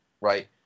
right